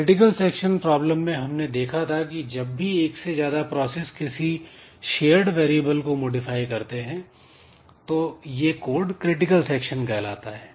critical section problem में हमने देखा था की जब भी एक से ज्यादा प्रोसेस किसी शेयर्ड वेरिएबल को मॉडिफाई करते हैं तो यह कोड क्रिटिकल सेक्शन कहलाता है